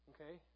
Okay